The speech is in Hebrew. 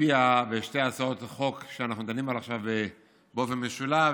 תצביע בשתי הצעות החוק שאנחנו דנים בהן עכשיו באופן משולב,